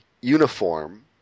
uniform –